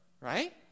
right